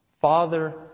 Father